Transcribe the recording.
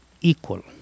equal